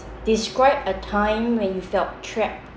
describe a time when you felt trapped